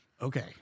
okay